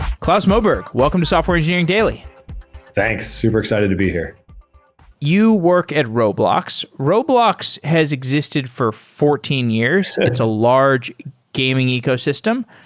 claus moberg, welcome to software engineering daily thanks. super excited to be here you work at roblox. roblox has existed for fourteen years. it's a large gaming ecosystem.